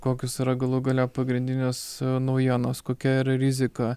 kokios yra galų gale pagrindinės naujienos kokia yra rizika